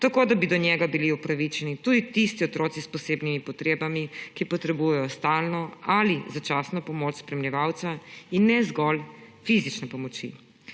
tako da bi do njega bili upravičeni tudi tisti otroci s posebnimi potrebami, ki potrebujejo stalno ali začasno pomoč spremljevalca, in ne zgolj fizične pomoči.